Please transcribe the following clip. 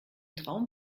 traum